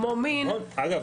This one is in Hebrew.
כמו מין --- אגב,